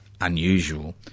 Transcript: unusual